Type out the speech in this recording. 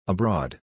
Abroad